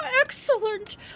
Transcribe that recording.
excellent